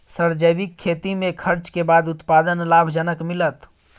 Sir जैविक खेती में खर्च के बाद उत्पादन लाभ जनक मिलत?